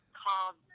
called